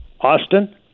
Austin